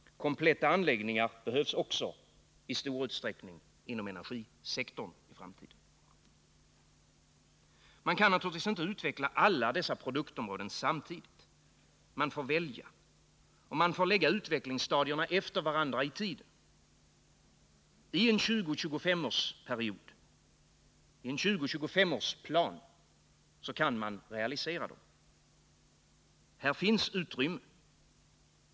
Kompletta anläggningar behövs också i stor utsträckning inom energisektorn i framtiden. Man kan naturligtvis inte utveckla alla dessa produktområden samtidigt. Man får välja. Och man får lägga utvecklingsstadierna efter varandra i tiden. Ten 20-25 årsplan kan man realisera dem. Här finns utrymme.